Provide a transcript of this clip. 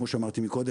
כמו שאמרתי מקודם,